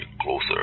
closer